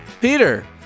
Peter